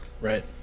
Right